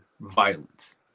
violence